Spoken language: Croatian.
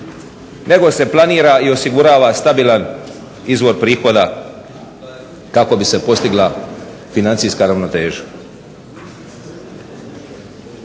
nego se planira i osigurava stabilan izvor prihoda kako bi se postigla financijska ravnoteža.